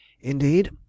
Indeed